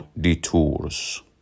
detours